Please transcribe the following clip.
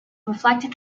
reflect